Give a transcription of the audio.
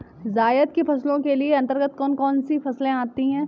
जायद की फसलों के अंतर्गत कौन कौन सी फसलें आती हैं?